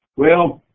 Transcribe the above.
well,